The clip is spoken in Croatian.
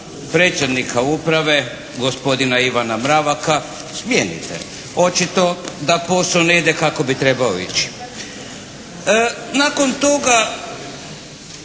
predsjednika Uprava, gospodina Ivana Mravaka smijenite. Očito da posao ne ide kako bi trebao ići. Nakon toga